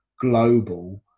global